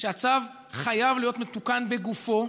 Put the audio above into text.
שהצו חייב להיות מתוקן בגופו.